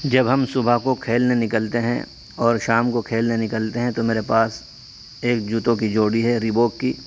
جب ہم صبح کو کھیلنے نکلتے ہیں اور شام کو کھیلنے نکلتے ہیں تو میرے پاس ایک جوتوں کی جوڑی ہے ریباک کی